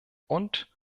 und